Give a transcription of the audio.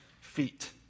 feet